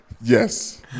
Yes